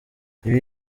ibi